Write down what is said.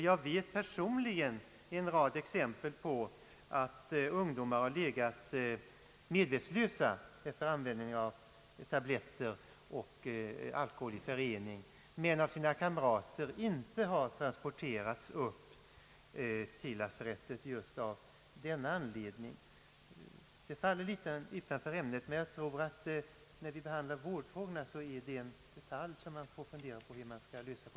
Jag har personligen kännedom om en rad exempel på att ungdomar har legat medvetslösa efter användning av tabletter och alkohol i förening men av sina kamrater inte transporterats till lasarettet just av denna anledning. Detta faller något utanför ämnet, men jag tror att när vi behandlar vårdfrågorna är det en detalj som vi måste fundera på.